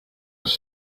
was